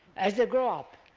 as they grow up